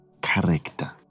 Character